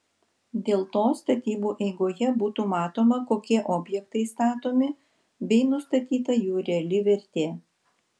dėl to statybų eigoje būtų matoma kokie objektai statomi bei nustatyta jų reali vertė